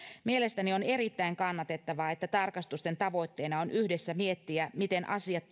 mielestäni on erittäin kannatettavaa että tarkastusten tavoitteina on yhdessä miettiä miten asiat